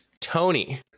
Tony